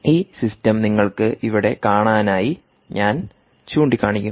ഈ സിസ്റ്റം നിങ്ങൾക്ക് ഇവിടെ കാണാനായി ഞാൻ ചൂണ്ടിക്കാണിക്കും